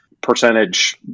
percentage